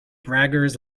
braggers